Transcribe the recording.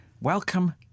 welcome